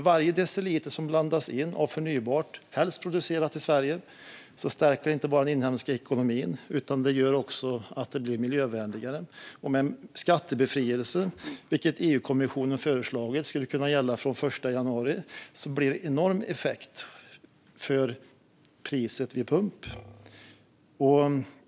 Varje deciliter som blandas in av förnybart, helst producerat i Sverige, stärker inte bara den inhemska ekonomin. Det gör också att det blir miljövänligare. Med en skattebefrielse, som EU-kommissionen har föreslagit skulle kunna gälla från den 1 januari, blir det en enorm effekt när det gäller priset vid pump.